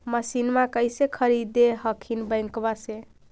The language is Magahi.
मसिनमा कैसे खरीदे हखिन बैंकबा से?